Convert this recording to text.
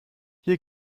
hier